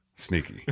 Sneaky